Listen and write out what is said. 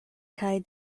kaj